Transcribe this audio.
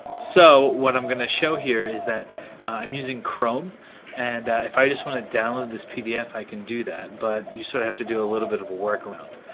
so what i'm gonna show here is that i'm using chrome and if i just want to download this pdf i can do that, but you sort of have to do a little bit of a workaround.